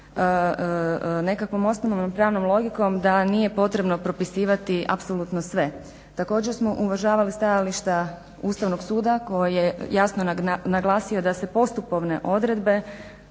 nekakvom osnovanom pravnom logikom da nije potrebno propisivati apsolutno sve. Također smo uvažavali stajališta Ustavnog suda koji je jasno naglasio da se postupovne odredbe